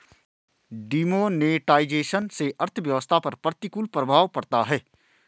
demonetisation से अर्थव्यवस्था पर प्रतिकूल प्रभाव पड़ता है